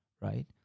right